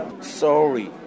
Sorry